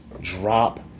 drop